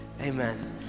amen